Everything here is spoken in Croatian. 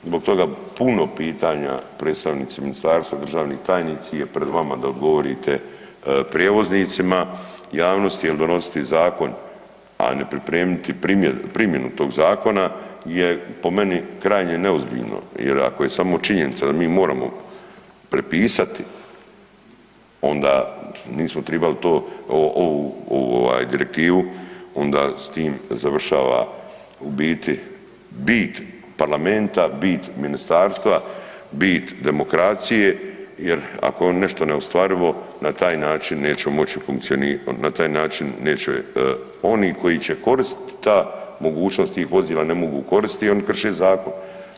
Zbog toga puno pitanja predstavnici ministarstva, državni tajnici je pred vama da odgovorite prijevoznicima, javnosti jer donositi zakon, a ne pripremiti primjenu tog zakona je po meni krajnje neozbiljno jer ako je samo činjenica da mi moramo prepisati onda nismo tribali to ovu ovaj direktivu onda s tim završava u biti bit parlamenta, bit ministarstva, bit demokracije jer ako je nešto neostvarivo na taj način nećemo moći funkcionirati, na taj način neće oni koji će koristiti ta mogućnost tih vozila ne mogu koristiti i oni krše zakon.